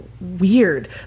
weird